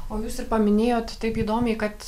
o jūs ir paminėjot taip įdomiai kad